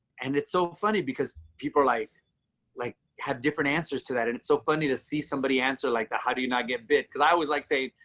and it's so funny because people are like like have different answers to that. and it's so funny to see somebody answer like that. how do you not get beat? because i was like, say,